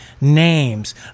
names